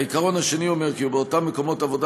העיקרון השני אומר כי באותם מקומות עבודה